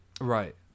right